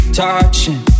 touching